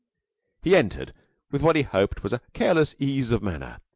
he entered with what he hoped was a careless ease of manner,